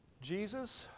Jesus